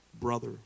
brother